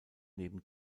neben